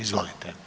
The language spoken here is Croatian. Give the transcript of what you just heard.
Izvolite.